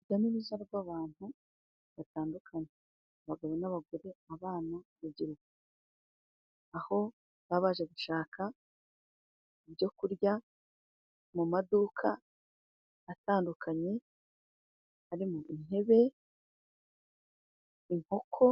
Urujya n'uruza rw'abantu batandukanye: abagabo n'abagore, abana, urubyiruko, aho baba baje gushaka ibyo kurya mu maduka atandukanye harimo: intebe, inkoko